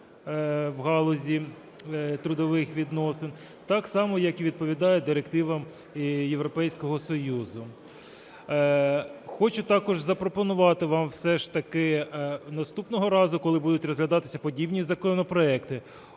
в галузі трудових відносин, так само як і відповідає директивам Європейського Союзу. Хочу також запропонувати вам все ж таки наступного разу, коли будуть розглядатися подібні законопроекти,